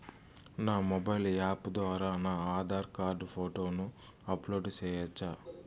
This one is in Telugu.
నా మొబైల్ యాప్ ద్వారా నా ఆధార్ కార్డు ఫోటోను అప్లోడ్ సేయొచ్చా?